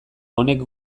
honek